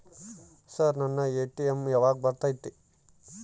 Sir ನನ್ನ ATM ಯಾವಾಗ ಬರತೈತಿ?